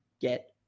get